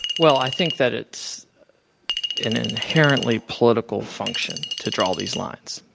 well, i think that it's an inherently political function to draw these lines.